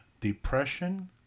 depression